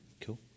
Cool